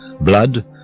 Blood